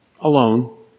alone